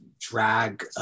drag